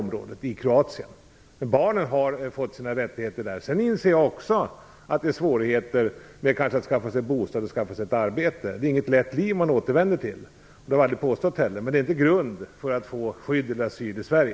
Barnen har i alla fall, som sagt, sina rättigheter. Jag inser också att det kanske är svårigheter när det gäller att skaffa sig bostad och arbete. Det är inte ett lätt liv man återvänder till, vilket jag inte heller påstått. Men det är inte grund för att få skydd eller asyl i Sverige.